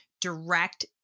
direct